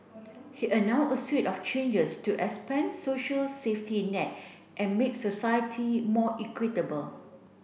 he announced a swathe of changes to expand social safety net and make society more equitable